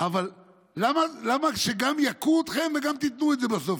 אבל למה שגם יכו אתכם וגם תיתנו את זה בסוף?